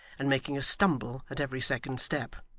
and making a stumble at every second step.